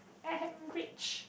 I am rich